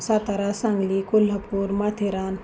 Satara Sangli Kolhapur Matheran